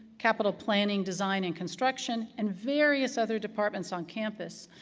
capital planning, design, and construction, and various other departments on campus,